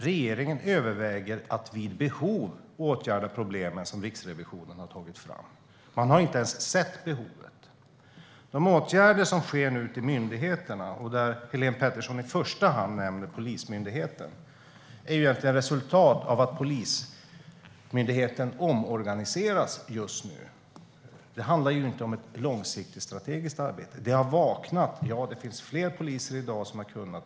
Regeringen överväger att vid behov åtgärda problemen som Riksrevisionen har pekat på. Man har inte ens sett behovet. De åtgärder som sker nu i myndigheterna, och där Helene Petersson i första hand nämner Polismyndigheten, är egentligen resultat av att Polismyndigheten har omorganiserats. Det handlar inte om ett långsiktigt strategiskt arbete. Man har vaknat. Ja, det finns fler poliser i dag som kan it.